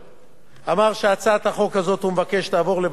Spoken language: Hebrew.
אמר שהוא מבקש שהצעת החוק הזאת תעבור לוועדת העבודה,